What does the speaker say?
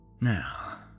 Now